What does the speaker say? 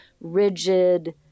rigid